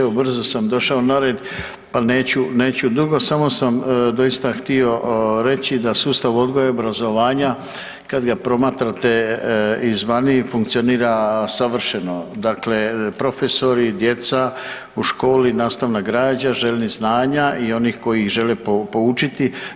Evo brzo sam došao na red pa neću dugo, samo sam doista htio reći da sustav odgoja i obrazovanja kad ga promatrate izvana i funkcionira savršeno, dakle profesori, djeca u školi, nastavna građa željni znanja i onih koji ih žele poučiti.